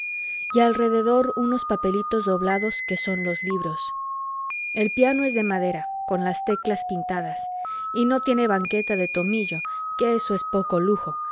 y alrededor unos papelitos doblados que son los libros el piano es de madera con las teclas pintadas y no tiene banqueta de tomillo que eso es poco lujo